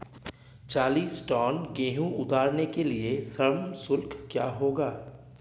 चालीस टन गेहूँ उतारने के लिए श्रम शुल्क क्या होगा?